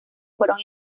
fueron